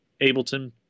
Ableton